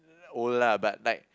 old lah but like